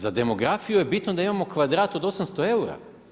Za demografiju je bitno da imamo kvadrat od 800 eura.